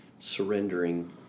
surrendering